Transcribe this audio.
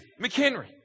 McHenry